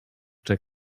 cze